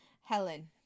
Helen